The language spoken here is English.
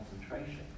concentration